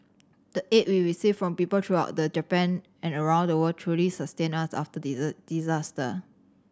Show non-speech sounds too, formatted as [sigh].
the aid we received from people throughout the Japan and around the world truly sustained us after the [unintelligible] disaster